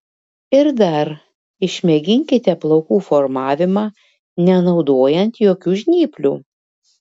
ir dar išmėginkite plaukų formavimą nenaudojant jokių žnyplių